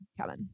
Kevin